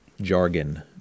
jargon